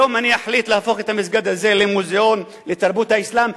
היום אני אחליט להפוך את המסגד הזה למוזיאון לתרבות האסלאם,